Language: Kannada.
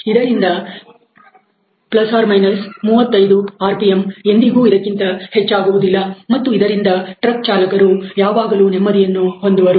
ಇದರಿಂದ ±35 ಆರ್ ಪಿಎಂ ಎಂದಿಗೂ ಇದಕ್ಕಿಂತ ಹೆಚ್ಚಾಗುವುದಿಲ್ಲ ಮತ್ತು ಇದರಿಂದ ಟ್ರಕ್ ಚಾಲಕರು ಯಾವಾಗಲೂ ನೆಮ್ಮದಿಯನ್ನು ಹೊಂದುವರು